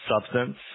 substance